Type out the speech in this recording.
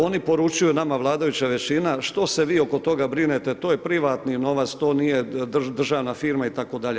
Oni poručuju nama, vladajuća većina, što se vi oko toga brinete, to je privatni novac, to nije državna firma itd.